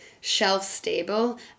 shelf-stable